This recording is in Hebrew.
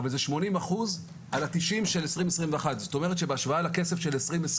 אבל זה שמונים אחוז על התשעים של 2021. זאת אומרת שבהשוואה לכסף של 2020,